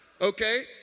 Okay